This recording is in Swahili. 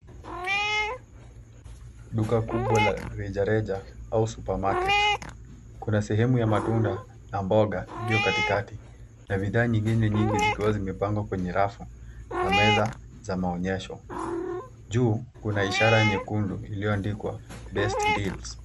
Duka kubwa la rejareja au supermarket .Kuna sehemu ya matunda na mboga iliyo katikati na bidhaa nyingine nyingi zikiwa kwenye rafu na meza za maonyesho. Juu kuna ishara nyekundu iliyoandikwa best deals.